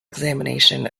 examination